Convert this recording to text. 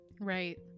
Right